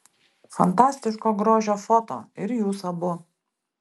fantastiško grožio foto ir jūs abu